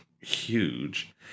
Huge